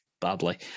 badly